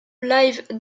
live